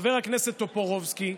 חבר הכנסת טופורובסקי,